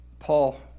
Paul